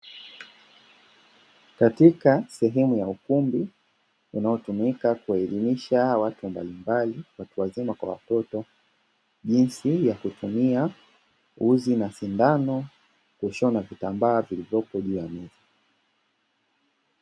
Katika sehemu ya ukumbi inayotumika kuwaelimisha watu mbalimbali watu wazima kwa watoto jinsi ya kutumia uzi na sindano kushona vitambaa vilivyopo juu ya meza.